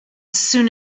soon